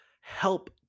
help